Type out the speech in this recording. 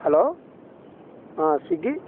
hello Swiggy